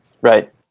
Right